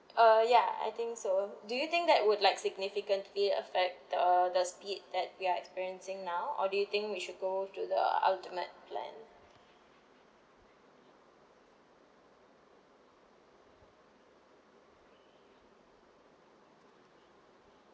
uh ya I think so do you think that would like significantly affect the the speed that we're experiencing now or do you think we should go to the ultimate plan